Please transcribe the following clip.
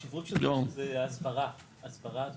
הסברה, הסברה.